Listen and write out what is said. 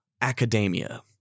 academia